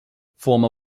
former